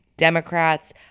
Democrats